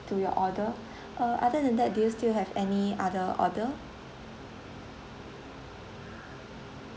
to your order uh other than that do you still have any other order